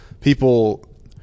people